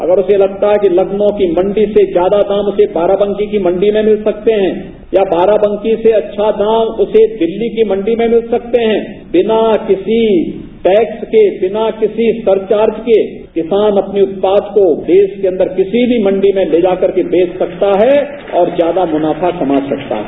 अगर उसे लगता है कि लखनऊ की मंडी से ज्यादा दाम उसे बाराबंकी की मंडी में मिल सकते हैं या बाराबंकी से अच्छा दाम उर्से दिल्ली की मंडी में मिल सकते हैं बिना किसी टैक्स के बिना किसी सरवार्ज के किसान अपने उत्पाद को देश के अंदर किसी मी मंडी में ले जाकर के बेच सकता है और ज्यादा मुनाफा कमा सकता है